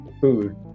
food